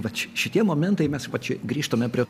vat ši šitie momentai mes čia grįžtame prie